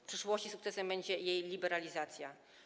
W przyszłości sukcesem będzie jej liberalizacja.